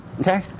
Okay